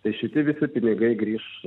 tai šiti visi pinigai grįš